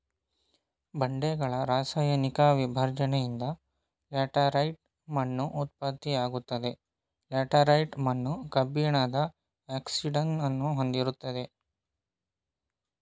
ಬಂಡೆಗಳ ರಾಸಾಯನಿಕ ವಿಭಜ್ನೆಯಿಂದ ಲ್ಯಾಟರೈಟ್ ಮಣ್ಣು ಉತ್ಪತ್ತಿಯಾಗ್ತವೆ ಲ್ಯಾಟರೈಟ್ ಮಣ್ಣು ಕಬ್ಬಿಣದ ಆಕ್ಸೈಡ್ನ ಹೊಂದಿರ್ತದೆ